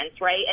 right